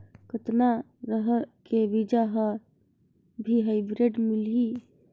कतना रहर के बीजा हर भी हाईब्रिड मिलही?